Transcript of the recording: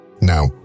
Now